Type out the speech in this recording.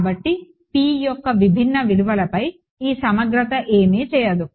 కాబట్టి p యొక్క విభిన్న విలువలపై ఈ సమగ్రత ఏమీ చేయదు